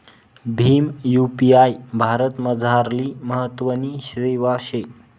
Bhim UPI भारतमझारली महत्वनी सेवा शे